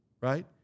right